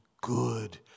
good